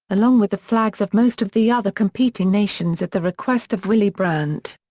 along with the flags of most of the other competing nations at the request of willy brandt.